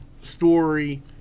Story